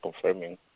confirming